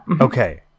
Okay